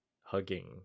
hugging